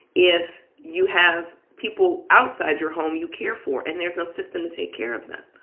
if you have people outside your home you care for and there's no system to take care of them.